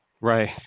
Right